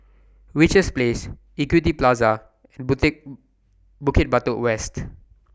Richards Place Equity Plaza and Bukit Batok West